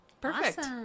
Perfect